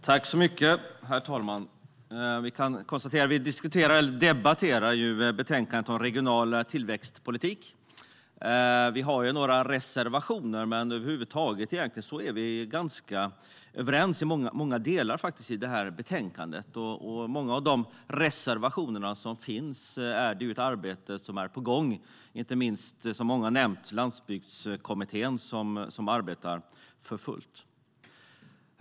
Herr talman! Vi debatterar nu betänkandet Regional tillväxtpolitik . Det finns några reservationer, men på det hela taget är vi ganska överens om många delar av betänkandet. När det gäller många av reservationerna är ett arbete på gång. Inte minst Landsbygdskommittén, som många nämnt, arbetar för fullt.